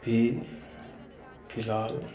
अभी फिलहाल